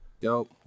Yo